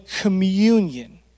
communion